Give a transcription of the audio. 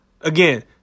Again